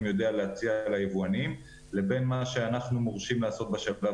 יודע להציע ליבואנים לבין מה שאנחנו מורשים לעשות בשלב